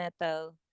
metal